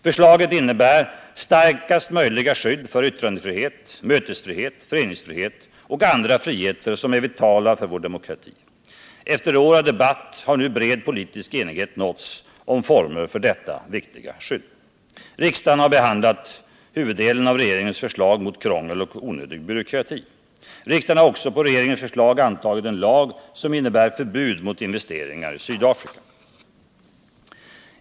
Förslaget innebär starkaste möjliga skydd för yttrandefrihet, mötesfrihet, föreningsfrihet och andra friheter som är vitala för vår demokrati. Efter år av debatt har nu bred politisk enighet nåtts om former för detta viktiga skydd. Riksdagen har behandlat huvuddelen av regeringens förslag mot krångel och onödig byråkrati. Riksdagen har också på regeringens förslag antagit en lag som innebär förbud mot investeringar i Sydafrika.